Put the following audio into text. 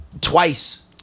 twice